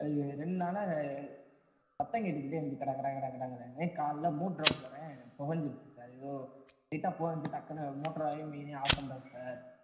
அது ரெண்டு நாளாக சத்தம் கேட்டுக்கிட்டே இருந்துச்சி கட கட கட கட கடன்னு காலைல மோட்டர போட்றேன் புகஞ்சிருச்சி சார் ஏதோ லைட்டாக புகஞ்சி டக்குன்னு மோட்ரவும் மெயினையும் ஆஃப் பண்ணிவிட்டோம் சார்